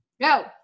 Go